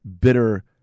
bitter